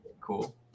Cool